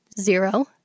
zero